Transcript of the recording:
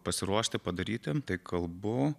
pasiruošti padaryti tai kalbu